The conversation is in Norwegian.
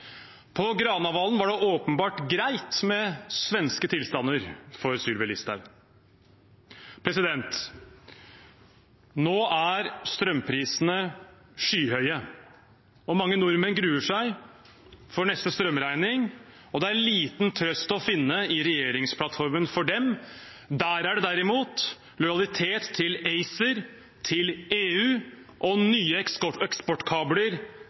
På Granavolden var det åpenbart greit med svenske tilstander for Sylvi Listhaug. Nå er strømprisene skyhøye. Mange nordmenn gruer seg til neste strømregning, men det er liten trøst å finne i regjeringsplattformen for dem. Der er det derimot lojalitet til Acer, til EU, om nye eksportkabler